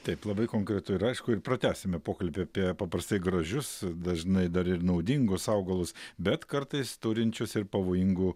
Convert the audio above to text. taip labai konkretu ir aišku ir pratęsime pokalbį apie paprastai gražius dažnai dar ir naudingus augalus bet kartais turinčius ir pavojingų